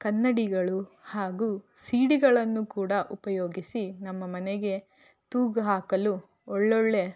ಕನ್ನಡಿಗಳು ಹಾಗೂ ಸಿ ಡಿಗಳನ್ನು ಕೂಡ ಉಪಯೋಗಿಸಿ ನಮ್ಮ ಮನೆಗೆ ತೂಗುಹಾಕಲು ಒಳ್ಳೊಳ್ಳೆಯ